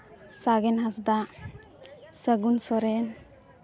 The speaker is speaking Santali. ᱥᱟᱜᱮᱱ ᱦᱟᱸᱥᱫᱟ ᱥᱟᱹᱜᱩᱱ ᱥᱚᱨᱮᱱ